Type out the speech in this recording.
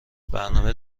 برنامه